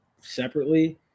separately